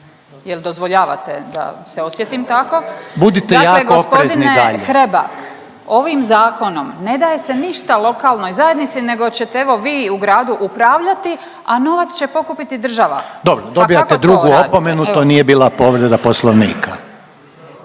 jer dozvoljavate da se osjetim tako. …/Upadica Reiner: Budite jako oprezni dalje./… Gospodine Hrebak ovim zakonom ne daje se ništa lokalnoj zajednici, nego ćete evo vi u gradu upravljati, a novac će pokupiti država. Pa kako to radite? Evo.